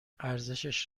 ارزشش